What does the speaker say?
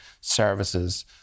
services